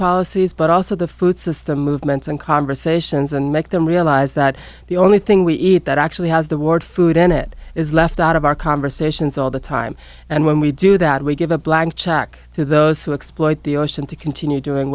policies but also the food system movements and conversations and make them realise that the only thing we eat that actually has the ward food in it is left out of our conversations all the time and when we do that we give a blank check to those who exploit the ocean to continue doing